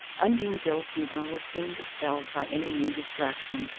undine's ill-humour was soon dispelled by any new distraction,